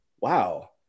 wow